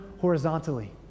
horizontally